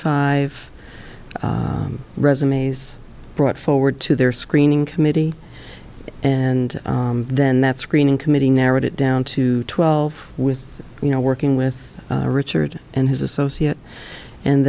five resumes brought forward to their screening committee and then that screening committee narrowed it down to twelve with you know working with richard and his associate and